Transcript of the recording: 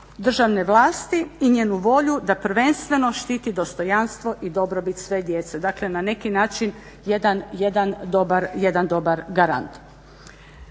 državne vlasti i njenu volju da prvenstveno štiti dostojanstvo i dobrobit sve djece. Dakle, na neki način jedan dobar garant.